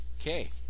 Okay